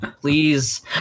please